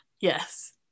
Yes